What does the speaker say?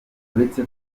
uretse